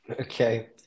Okay